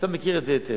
אתה מכיר את זה היטב.